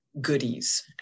goodies